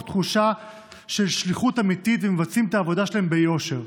תחושה של שליחות אמיתית ומבצעים את העבודה שלהם ביושר.